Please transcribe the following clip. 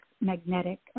magnetic